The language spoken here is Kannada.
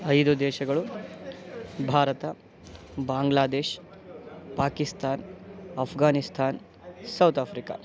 ಐದು ದೇಶಗಳು ಭಾರತ ಬಾಂಗ್ಲಾದೇಶ್ ಪಾಕಿಸ್ತಾನ್ ಅಫ್ಘಾನಿಸ್ತಾನ್ ಸೌತ್ ಆಫ್ರಿಕಾ